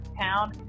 town